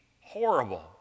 horrible